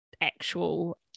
actual